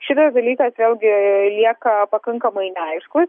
šitas dalykas vėlgi lieka pakankamai neaiškus